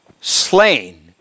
slain